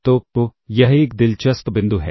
तो यह एक दिलचस्प बिंदु है